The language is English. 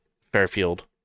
Fairfield